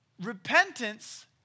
repentance